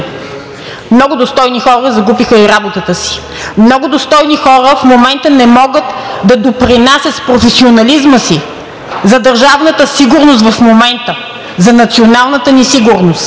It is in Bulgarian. Много достойни хора загубиха и работата си. Много достойни хора в момента не могат да допринасят с професионализма си за държавната сигурност, за националната ни сигурност,